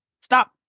stop